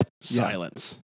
Silence